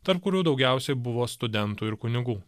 tarp kurių daugiausiai buvo studentų ir kunigų